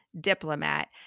diplomat